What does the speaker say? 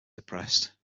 depressed